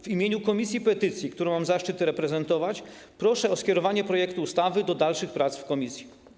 W imieniu Komisji do Spraw Petycji, którą mam zaszczyt reprezentować, proszę o skierowanie projektu ustawy do dalszych prac w komisji.